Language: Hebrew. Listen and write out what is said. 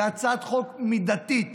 היא הצעת חוק מידתית.